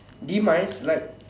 demised like